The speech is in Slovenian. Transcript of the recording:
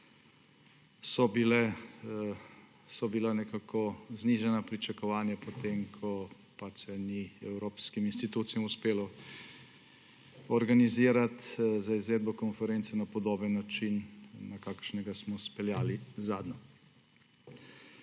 so bila znižana pričakovanja, potem ko se evropskim institucijam ni uspelo organizirati za izvedbo konference na podoben način, na kakršnega smo izpeljali zadnjo.